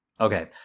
Okay